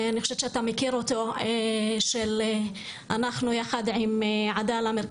אני חושבת שאתה מכיר אותו, כדי להקים לשכות